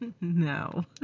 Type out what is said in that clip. No